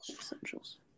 Essentials